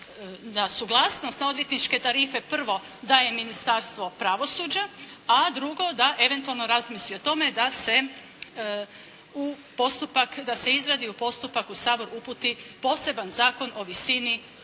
da suglasnost na odvjetničke tarife prvo daje Ministarstvo pravosuđa, a drugo da eventualno razmisli o tome da se u postupak, da se izradi i u postupak u Sabor uputi poseban zakon o visini